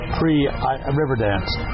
pre-Riverdance